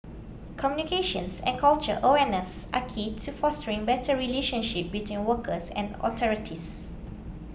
communications and cultural awareness are key to fostering better relationship between workers and authorities